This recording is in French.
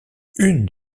une